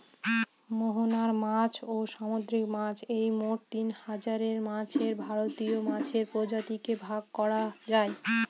মোহনার মাছ, ও সামুদ্রিক মাছ এই মোট তিনজাতের মাছে ভারতীয় মাছের প্রজাতিকে ভাগ করা যায়